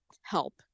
help